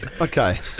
okay